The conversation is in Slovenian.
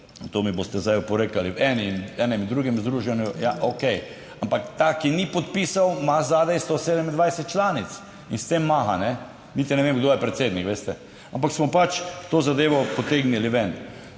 to mi boste zdaj oporekali, v eni in v enem in drugem združenju. Ja, okej, ampak ta, ki ni podpisal, ima zadaj 127 članic in s tem maha. Niti ne vem kdo je predsednik, veste, ampak smo pač to zadevo potegnili ven.